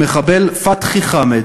המחבל פתחי חמאד,